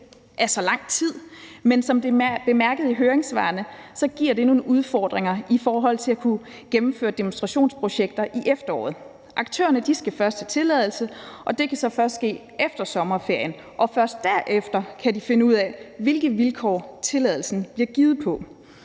af så lang tid, men som det er bemærket i høringssvarene, giver det nogle udfordringer i forhold til at kunne gennemføre demonstrationsprojekter i efteråret. Aktørerne skal først have tilladelse, og det kan så først ske efter sommerferien, og først derefter kan de finde ud af, hvilke vilkår tilladelsen bliver givet på.